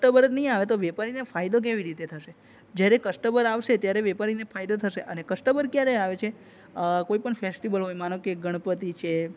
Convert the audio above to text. customer જ નહીં આવે તો વેપારીને ફાયદો કેવી રીતે થશે જ્યારે કસ્ટમર આવશે ત્યારે વેપારીને ફાયદો થશે અને કસ્ટમર ક્યારે આવે છે કોઈપણ ફેસ્ટિવલ હોય માનો કે ગણપતિ છે